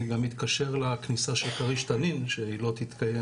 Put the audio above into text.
זה גם מתקשר לכניסה של כריש-תנין שהיא לא תתקיים